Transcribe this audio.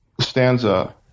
stanza